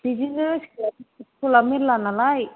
बिदिनो स्कुलाव स्कुला मेल्ला नालाय